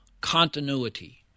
continuity